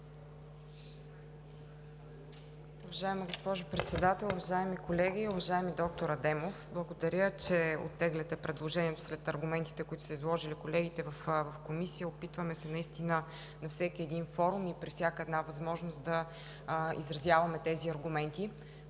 Уважаема госпожо Председател, уважаеми колеги! Уважаеми доктор Адемов, благодаря, че оттегляте предложението след аргументите, които са изложили колегите в Комисията. Опитваме се наистина на всеки един кворум и при всяка една възможност да изразяваме тези аргументи.